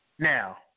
Now